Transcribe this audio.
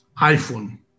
iPhone